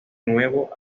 nuevo